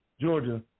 Georgia